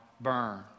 burn